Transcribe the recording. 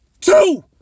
Two